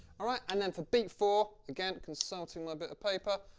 alright, and then for beat four, again consulting my bit of paper,